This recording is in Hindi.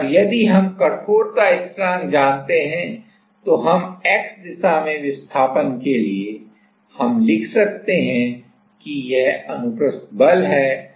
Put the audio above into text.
यदि हम अलग अलग वोल्टेज लगाते हैं तो शीर्ष इलेक्ट्रोड नीचे के इलेक्ट्रोड की ओर आकर्षित होगा और तदनुसार अलग अलग वोल्टेज लगाकर हम इसे अलग अलग स्थिति में स्थिर बना सकते हैं जैसा कि हमने विभिन्न प्रकार के वोल्टेज जो हम लगाते हैं के लिए देखा है